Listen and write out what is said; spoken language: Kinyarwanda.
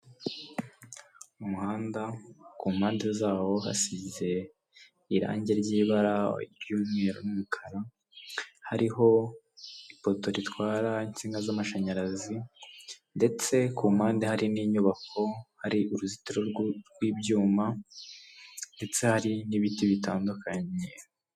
Umuhanda ku mpande zawo hasize irangi ry'ibara ry'umweru n'umukara hariho ipoto ritwara insinga z'amashanyarazi, ndetse ku mpande hari n'inyubako hari uruzitiro rw'ibyuma ndetse hari n'ibiti bitandukanye.